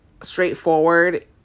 straightforward